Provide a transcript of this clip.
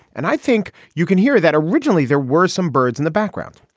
and i think you can hear that originally there were some birds in the background